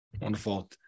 Wonderful